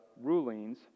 rulings